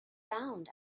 bound